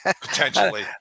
potentially